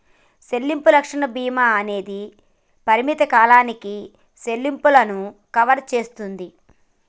సెల్లింపు రక్షణ భీమా అనేది పరిమిత కాలానికి సెల్లింపులను కవర్ సేస్తుంది